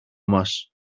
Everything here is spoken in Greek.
μας